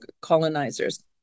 colonizers